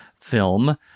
film